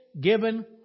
given